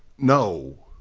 no!